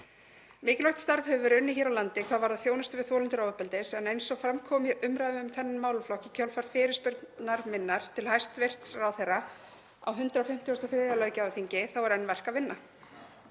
Mikilvægt starf hefur verið unnið hér á landi hvað varðar þjónustu við þolendur ofbeldis en eins og fram kom í umræðum um þennan málaflokk í kjölfar fyrirspurnar minnar til hæstv. ráðherra á 153. löggjafarþingi er enn verk að vinna.